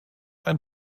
ein